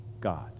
God